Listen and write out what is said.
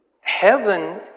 heaven